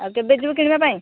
ଆଉ କେବେ ଯିବୁ କିଣିବା ପାଇଁ